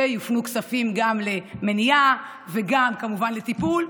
שיופנו כספים גם למניעה וגם כמובן לטיפול.